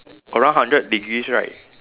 around hundred degrees right